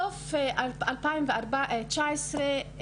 בסוף 2019,